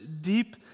deep